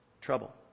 trouble